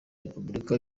repubulika